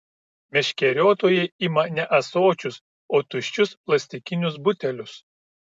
meškeriotojai ima ne ąsočius o tuščius plastikinius butelius